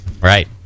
Right